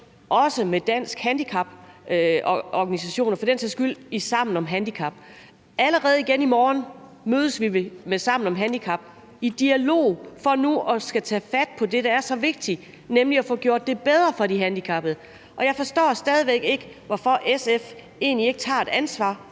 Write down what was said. også med Danske Handicaporganisationer, og det gælder for den sags skyld også med Sammen om handicap. Allerede igen i morgen mødes vi med Sammen om handicap i dialog for at tage fat på det, der er så vigtigt, nemlig at få gjort det bedre for de handicappede. Jeg forstår stadig væk ikke, hvorfor SF egentlig ikke tager et ansvar